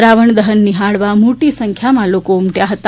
રાવણ દહન નિહાળવા મોટી સંખ્યામાં લોકો ઉમટ્યા હતા